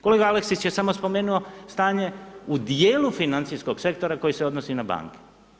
Kolega Aleksić je samo spomenuo stanje u dijelu financijskog sektora koji se odnosi na banke.